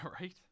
Right